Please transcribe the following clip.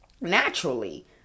naturally